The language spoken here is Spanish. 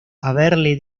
haberle